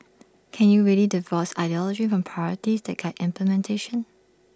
can you really divorce ideology from priorities that guide implementation